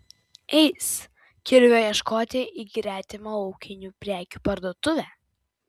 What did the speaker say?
eis kirvio ieškoti į gretimą ūkinių prekių parduotuvę